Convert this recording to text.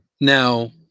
Now